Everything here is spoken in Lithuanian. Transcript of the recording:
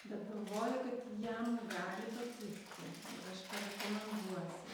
bet galvoju kad jam gali patikti ir aš parekomenduosiu